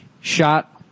shot